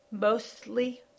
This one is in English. mostly